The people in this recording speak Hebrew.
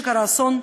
לפני שיקרה אסון,